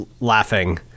laughing